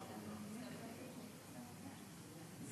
שהיום ומחר אנחנו חוגגים